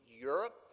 Europe